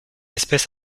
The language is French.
espèce